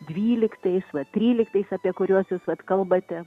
dvyliktais va tryliktais apie kuriuos visad kalbate